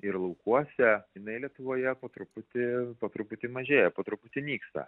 ir laukuose jinai lietuvoje po truputį po truputį mažėja po truputį nyksta